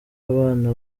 abana